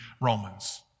Romans